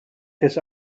his